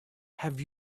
have